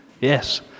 Yes